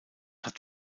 hat